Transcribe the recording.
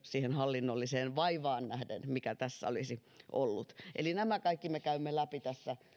siihen hallinnolliseen vaivaan nähden mikä tässä olisi ollut eli nämä kaikki me käymme läpi tässä